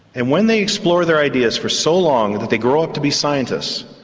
and when they explore their ideas for so long that they grow up to be scientists,